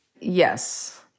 Yes